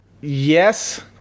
Yes